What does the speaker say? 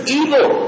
evil